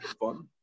fun